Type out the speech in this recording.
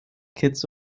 kitts